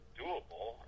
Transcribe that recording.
doable